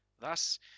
Thus